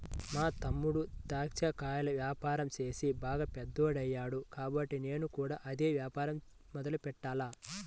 మా తమ్ముడు దాచ్చా కాయల యాపారం చేసి బాగా పెద్దోడయ్యాడు కాబట్టి నేను కూడా అదే యాపారం మొదలెట్టాల